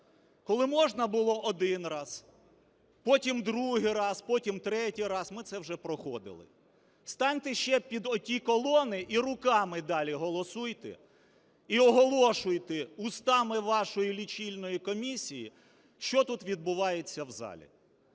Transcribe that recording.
Коли можна було один раз, потім другий раз, потім третій раз – ми це вже проходили. Станьте ще під ті колони і руками далі голосуйте, і оголошуйте вустами вашої лічильної комісії, що тут відбувається в залі.